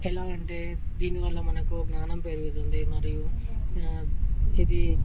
ఎలా అంటే దీనివల్ల మనకు జ్ఞానం పెరుగుతుంది మరియు ఇది